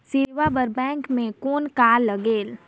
सेवा बर बैंक मे कौन का लगेल?